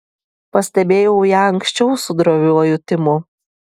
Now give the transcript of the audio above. pastebėjau ją anksčiau su droviuoju timu